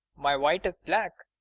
my white is black.